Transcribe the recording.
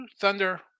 Thunder